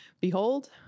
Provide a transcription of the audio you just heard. Behold